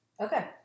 Okay